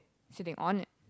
sitting on it